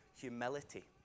humility